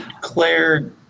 Claire